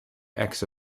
exo